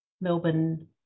Melbourne